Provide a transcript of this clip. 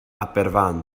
aberfan